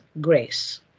grace